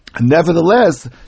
Nevertheless